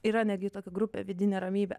yra netgi tokia grupė vidinė ramybė